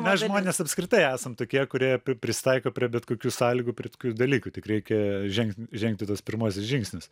mes žmonės apskritai esam tokie kurie pri prisitaiko prie bet kokių sąlygų prie tokių dalykų tik reikia žengt žengti tuos pirmuosius žingsnius